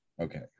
okay